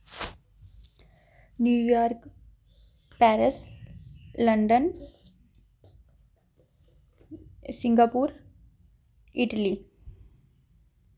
New York Paris London Singapore Italy